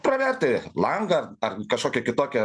pravertą langą ar kažkokią kitokią